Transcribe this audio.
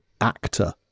actor